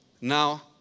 Now